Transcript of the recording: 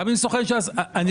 אני